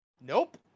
Nope